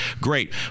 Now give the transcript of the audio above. Great